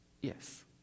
Yes